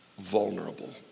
vulnerable